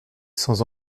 sans